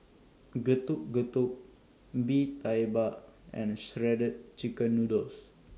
Getuk Getuk Bee Tai Mak and Shredded Chicken Noodles